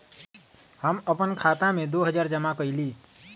हम अपन खाता में दो हजार जमा कइली